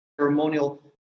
ceremonial